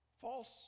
False